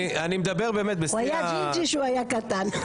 הוא היה ג'ינג'י כשהיה קטן.